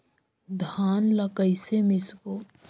धान ला कइसे मिसबो?